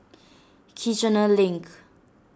Kiichener Link